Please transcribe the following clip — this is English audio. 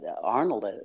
Arnold